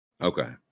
okay